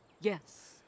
Yes